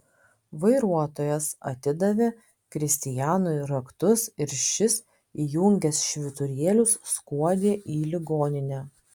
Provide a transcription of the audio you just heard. vairuotojas atidavė kristianui raktus ir šis įjungęs švyturėlius skuodė į ligoninę